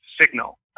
signal